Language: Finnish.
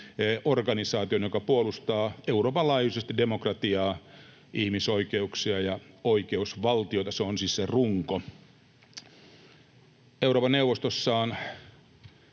organisaationa, joka puolustaa Euroopan laajuisesti demokratiaa, ihmisoikeuksia ja oikeusvaltiota — se on siis sen runko. Euroopan neuvostossa on